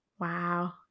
wow